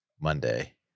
Monday